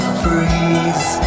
freeze